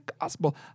gospel